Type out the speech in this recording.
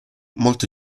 molte